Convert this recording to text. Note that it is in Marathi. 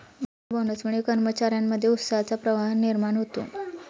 बँकर बोनसमुळे कर्मचार्यांमध्ये उत्साहाचा प्रवाह निर्माण होतो